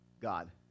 God